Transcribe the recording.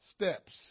steps